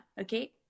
Okay